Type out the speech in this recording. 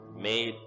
Made